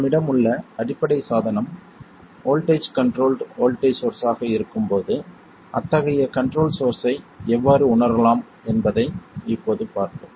நம்மிடம் உள்ள அடிப்படை சாதனம் வோல்ட்டேஜ் கண்ட்ரோல்ட் வோல்ட்டேஜ் சோர்ஸ் ஆக இருக்கும்போது அத்தகைய கண்ட்ரோல் சோர்ஸ்ஸை எவ்வாறு உணரலாம் என்பதை இப்போது பார்ப்போம்